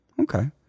Okay